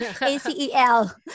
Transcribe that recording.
A-C-E-L